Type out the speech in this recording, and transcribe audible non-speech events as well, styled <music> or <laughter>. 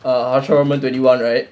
err <laughs> twenty one right